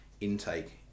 intake